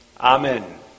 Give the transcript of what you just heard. Amen